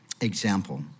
example